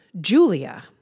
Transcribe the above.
Julia